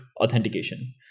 authentication